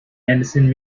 anderson